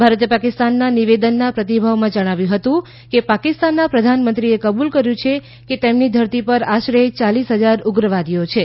ભારતે પાકિસ્તાનનાં નિવેદનનાં પ્રતિભાવમાં જણાવ્યું હતું કે પાકિસ્તાનનાં પ્રધાનમંત્રીએ કબૂલ કર્યું છે કે તેમની ધરતીપર આશરે યાલીસ હજાર ઉગ્રવાદીઓ છે